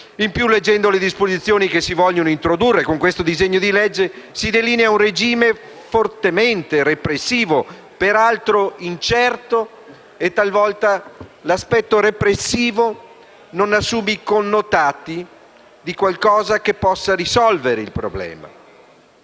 In più, leggendo le disposizioni che si vogliono introdurre con questo disegno di legge, si delinea un regime fortemente repressivo, peraltro dal profilo incerto; talvolta l'aspetto repressivo non assume i connotati di qualcosa che possa risolvere il problema.